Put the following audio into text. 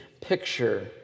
picture